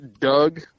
Doug